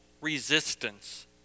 resistance